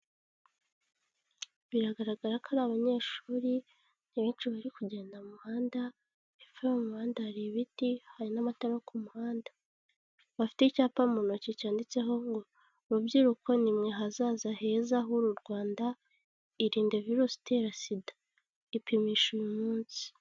Biragaragara ko ari abanyeshuri benshi bari kugenda mu muhanda, hepfo yo mu muhanda hari ibiti, hari n'amatara yo ku muhanda. Bafite icyapa mu ntoki cyanditseho ngo rubyiruko nimwe hazaza heza h'uru Rwanda, irinde virusi itera Sida. Ipimishe uyu munsi.